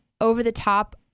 over-the-top